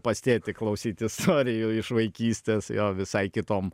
pas tėtį klausyt istorijų iš vaikystės jo visai kitom